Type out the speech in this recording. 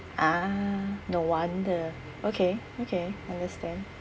ah no wonder okay okay understand